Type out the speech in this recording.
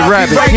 Rabbit